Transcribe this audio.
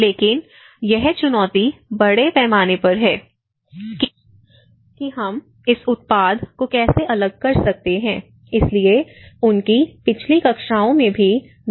लेकिन यह चुनौती बहुत बड़े पैमाने पर है कि हम इस उत्पाद को कैसे अलग कर सकते हैं इसलिए उनकी पिछली कक्षाओं में भी डॉ